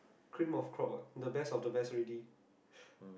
cream of clock what the best of the best already